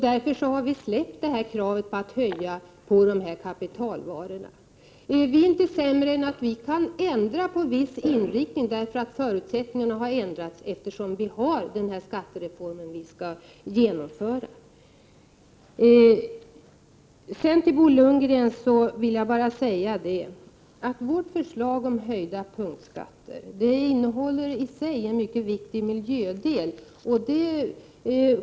Därför har vi släppt kravet på att höja momsen på de nämnda kapitalvarorna. Vi är inte sämre än att vi kan ändra på en viss inriktning då förutsättningarna ändras, eftersom vi skall genomföra denna skattereform. Till Bo Lundgren vill jag bara säga att vårt förslag om höjda punktskatter innehåller i sig en mycket viktig miljödel.